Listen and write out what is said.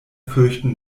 fürchten